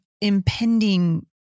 impending